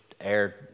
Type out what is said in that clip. air